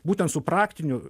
būtent su praktiniu